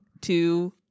two